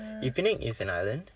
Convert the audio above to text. if penang is an island